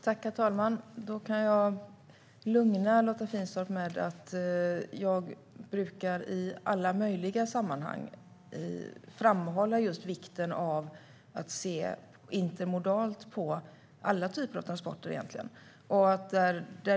Herr talman! Jag kan lugna Lotta Finstorp med att jag i alla möjliga sammanhang brukar framhålla vikten av att se intermodalt på alla typer av transporter.